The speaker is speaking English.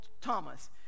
Thomas